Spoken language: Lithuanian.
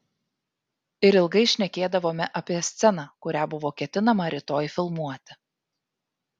ir ilgai šnekėdavome apie sceną kurią buvo ketinama rytoj filmuoti